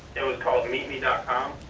it was called meetme you know com.